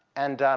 and